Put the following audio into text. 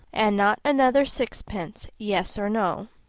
and not another sixpence yes or no?